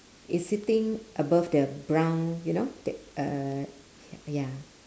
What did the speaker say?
it's sitting above the brown you know the uh ya